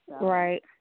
Right